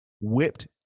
whipped